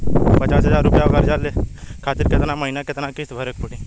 पचास हज़ार रुपया कर्जा खातिर केतना महीना केतना किश्ती भरे के पड़ी?